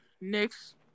next